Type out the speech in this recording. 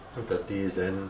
thought thirties then